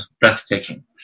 breathtaking